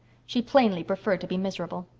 she plainly preferred to be miserable.